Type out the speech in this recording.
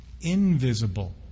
invisible